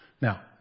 Now